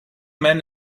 men